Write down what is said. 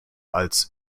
als